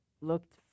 looked